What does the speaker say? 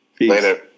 Later